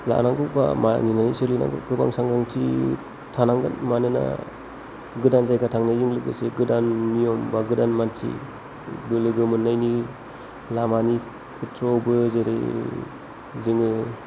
लानांगौ बा मानिनानै सोलिनांगौ गोबां सांग्रांथि थानांगोन मानोना गोदान जायगा थांनायजों लोगोसे गोदान नियम बा गोदान मानसिबो लोगो मोननायनि लामानि खेथ्रआवबो जेरै जोङो